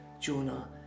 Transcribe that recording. Jonah